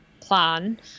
plan